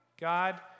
God